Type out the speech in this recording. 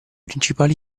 principali